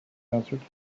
answered